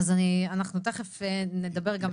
אנחנו תיכף נדבר גם על זה.